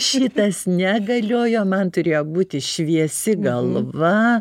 šitas negaliojo man turėjo būti šviesi galva